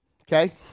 Okay